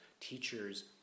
teachers